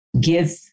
give